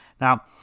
Now